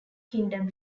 kingdom